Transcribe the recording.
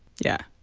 yeah,